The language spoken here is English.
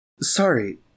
Sorry